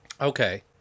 Okay